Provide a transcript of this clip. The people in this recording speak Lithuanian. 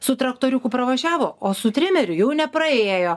su traktoriuku pravažiavo o su trimeriu jau nepraėjo